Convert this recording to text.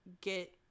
get